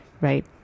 right